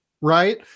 Right